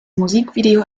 musikvideo